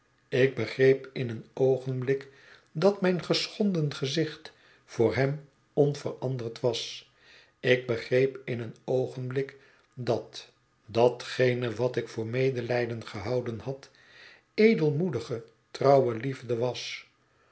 ik begreep in een oogenblik dat mijn geschonden gezicht voor hem onveranderd was ik begreep in een oogenblik dat datgene wat ik voor medelijden gehouden had edelmoedige trouwe liefde was